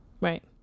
right